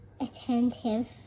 attentive